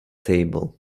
table